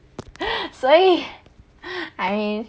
所以 I